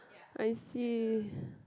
I see